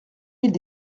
mille